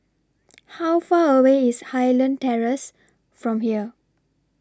How Far away IS Highland Terrace from here